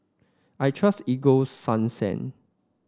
I trust Ego Sunsense